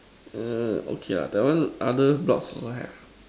err okay lah that one other block also have